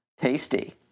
Tasty